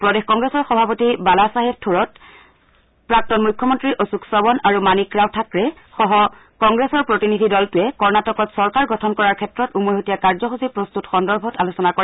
প্ৰদেশ কংগ্ৰেছৰ সভাপতি বালা চাহেব থোৰট প্ৰাক্তন মুখ্যমন্ত্ৰী অশোক চৱন আৰু মানিক ৰাও থাকৰে সহ কংগ্ৰেছৰ প্ৰতিনিধি দলটোৱে কৰ্ণটিকত চৰকাৰ গঠন কৰাৰ ক্ষেত্ৰত উমৈহতীয়া কাৰ্যসূচী প্ৰস্তুত সন্দৰ্ভত আলোচনা কৰে